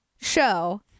show